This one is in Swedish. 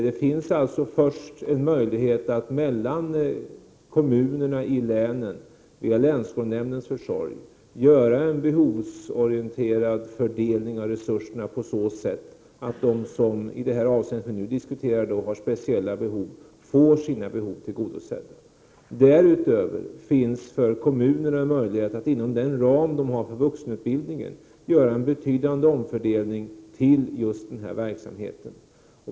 Det finns först och främst en möjlighet att mellan kommunerna i länen via länsskolnämndens försorg göra en behovsorienterad fördelning av resurserna på så sätt att de som har speciella behov i det avseende vi nu diskuterar får dessa behov tillgodosedda. Därutöver finns en möjlighet för kommunerna att inom den ram de har för vuxenutbildningen göra en betydande omfördelning till just denna verksamhet.